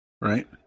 right